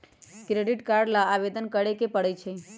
credit card ला आवेदन करे के परई छई